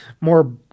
more